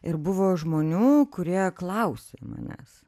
ir buvo žmonių kurie klausė manęs